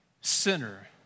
Sinner